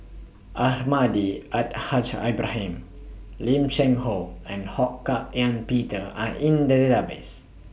Almahdi Al Haj Ibrahim Lim Cheng Hoe and Ho Hak Ean Peter Are in The Database